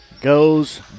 goes